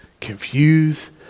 confused